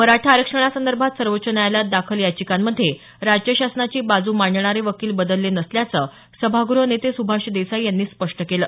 मराठा आरक्षणासंदर्भात सर्वोच्च न्यायालयात दाखल याचिकांमध्ये राज्य शासनाची बाजू मांडणारे वकील बदलले नसल्याचं सभागृह नेते सुभाष देसाई यांनी स्पष्ट केलं